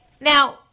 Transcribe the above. Now